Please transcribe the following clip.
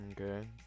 Okay